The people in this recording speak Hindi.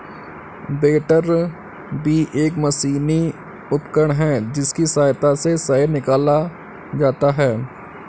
बैटरबी एक मशीनी उपकरण है जिसकी सहायता से शहद निकाला जाता है